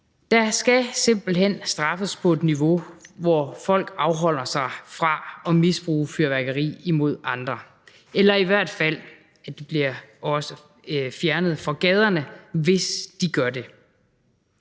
Der skal simpelt hen straffes på et niveau, hvor folk afholder sig fra at misbruge fyrværkeri imod andre, eller i hvert fald at de bliver fjernet fra gaderne, hvis de gør det.